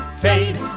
fade